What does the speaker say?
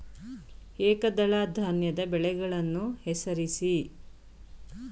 ಏಕದಳ ಧಾನ್ಯದ ಬೆಳೆಗಳನ್ನು ಹೆಸರಿಸಿ?